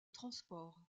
transport